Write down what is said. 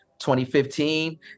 2015